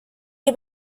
les